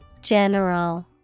General